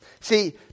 See